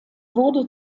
wurde